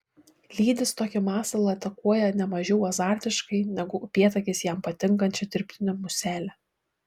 lydys tokį masalą atakuoja ne mažiau azartiškai negu upėtakis jam patinkančią dirbtinę muselę